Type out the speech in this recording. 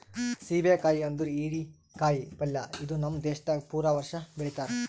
ಸೀಬೆ ಕಾಯಿ ಅಂದುರ್ ಹೀರಿ ಕಾಯಿ ಪಲ್ಯ ಇದು ನಮ್ ದೇಶದಾಗ್ ಪೂರಾ ವರ್ಷ ಬೆಳಿತಾರ್